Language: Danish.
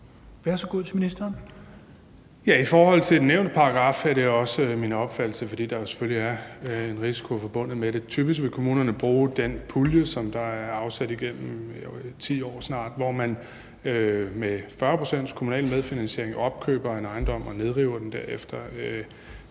i forhold til den nævnte paragraf er det også min opfattelse, fordi der jo selvfølgelig er en risiko forbundet med det. Typisk vil kommunerne bruge den pulje, som har været afsat igennem snart 10 år, hvor man med 40 procents kommunal medfinansiering opkøber en ejendom og derefter nedriver